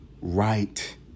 right